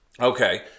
Okay